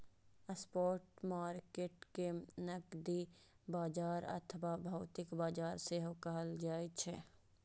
spot market कें नकदी बाजार अथवा भौतिक बाजार सेहो कहल जाइ छै